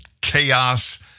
chaos